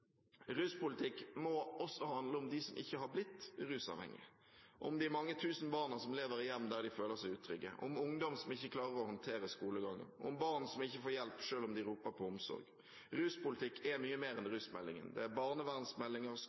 Ruspolitikk må også handle om dem som ikke har blitt rusavhengige, om de mange tusen barna som lever i hjem der de føler seg utrygge, om ungdom som ikke klarer å håndtere skolegangen, og om barn som ikke får hjelp selv om de roper på omsorg. Ruspolitikk er mye mer enn rusmeldingen. Det er